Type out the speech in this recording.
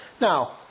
Now